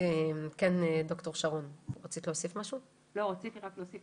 אפרת -- חלק מזה כי המחלימים הלא מחוסנים